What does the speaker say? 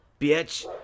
bitch